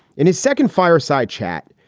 in his second fireside chat,